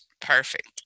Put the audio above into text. Perfect